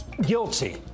Guilty